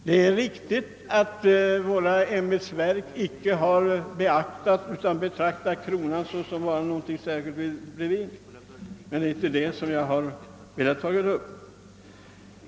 Det är riktigt att våra ämbetsverk har betraktat kronan som något speciellt, men det är inte den saken jag här vänt mig mot.